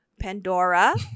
Pandora